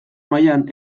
mailan